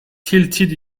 tilted